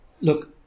look